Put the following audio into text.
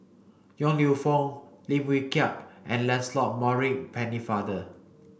Yong Lew Foong Lim Wee Kiak and Lancelot Maurice Pennefather